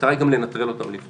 המטרה היא גם לנטרל אותם לפני.